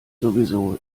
sowieso